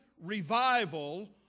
revival